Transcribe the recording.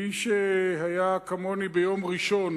מי שהיה כמוני ביום ראשון